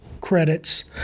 credits